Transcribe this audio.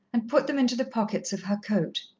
and put them into the pockets of her coat.